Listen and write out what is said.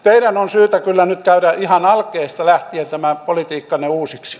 teidän on syytä kyllä nyt käydä ihan alkeista lähtien tämä politiikkanne uusiksi